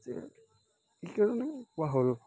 যে কি কাৰণে এনেকুৱা হ'ল